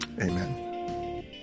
Amen